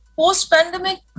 post-pandemic